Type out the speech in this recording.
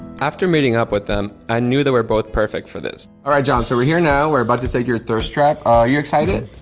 after meeting up with them i knew they were both perfect for this. alright john so we're here now. we're about to take your thirst trap. are you excited?